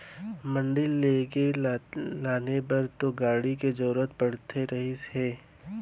मंडी लेगे लाने बर तो गाड़ी के जरुरत पड़ते रहिस हे